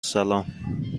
سلام